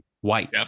White